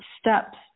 steps